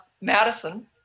Madison